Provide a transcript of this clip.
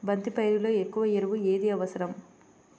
బంతి పైరులో ఎక్కువ ఎరువు ఏది అవసరం?